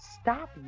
stop